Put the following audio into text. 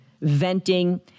venting